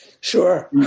sure